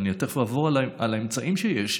תכף אעבור על האמצעים שיש.